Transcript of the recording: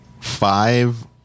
Five